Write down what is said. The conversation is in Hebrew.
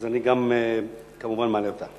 אז אני כמובן מעלה אותה.